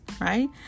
right